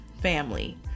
family